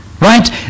right